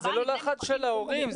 אבל זה לא לחץ של ההורים.